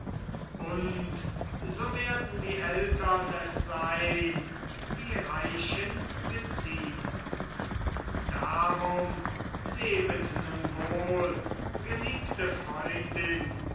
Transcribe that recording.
und so werden die eltern es sein wie reichen geziemet darum lebet nun wohl geliebte freundin